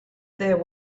there